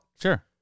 Sure